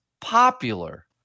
popular